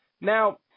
Now